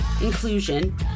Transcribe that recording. inclusion